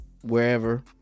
wherever